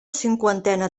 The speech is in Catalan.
cinquantena